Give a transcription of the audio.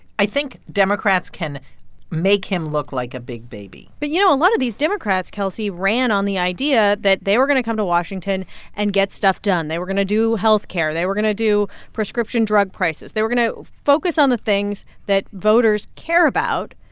i think democrats can make him look like a big baby but, you know, a lot of these democrats, kelsey, ran on the idea that they were going to come to washington and get stuff done. they were going to do health care. they were going to do prescription drug prices. they were going to focus on the things that voters care about.